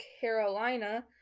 Carolina